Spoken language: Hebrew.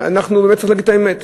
צריך להגיד את האמת,